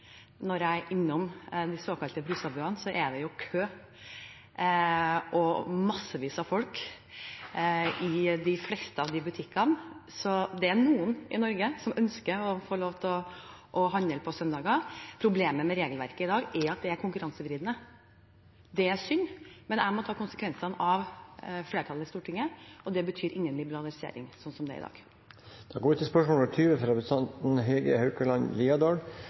Når jeg er innom de såkalte Brustad-buene, er det kø og massevis av folk i de fleste butikkene. Så det er noen i Norge som ønsker å få lov til å handle på søndager. Problemet med regelverket i dag er at det er konkurransevridende. Det er synd, men jeg må ta konsekvens av flertallet i Stortinget, og det betyr ingen liberalisering sånn som det er i dag. Jeg tillater meg å stille følgende spørsmål